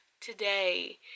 today